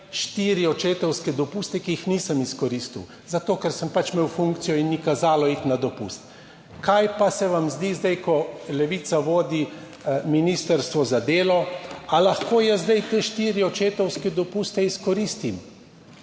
štiri očetovske dopuste, ki jih nisem izkoristil zato, ker sem pač imel funkcijo in ni kazalo iti na dopust. Kaj pa se vam zdi zdaj, ko Levica vodi Ministrstvo za delo? Ali lahko jaz zdaj te štiri očetovske dopuste izkoristim?